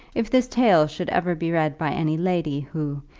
if this tale should ever be read by any lady who,